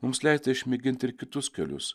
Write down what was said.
mums leista išmėginti ir kitus kelius